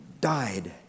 died